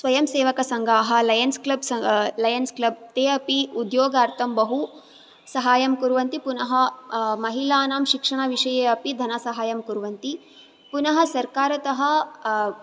स्वयं सेवकसङ्घाः Lions Club सङ् लायनस् क्लब् ते अपि उद्योगार्थं बहु सहायं कुर्वन्ति पुनः महिलानां शिक्षणविषये अपि धनसहायं कुर्वन्ति पुनः सर्कारतः